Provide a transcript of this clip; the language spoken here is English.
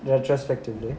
the retrospective